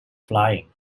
flying